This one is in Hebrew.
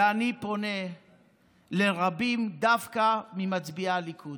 ואני פונה לרבים, דווקא ממצביעי הליכוד,